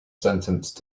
sentenced